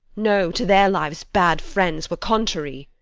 no, to their lives bad friends were contrary.